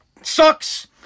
Sucks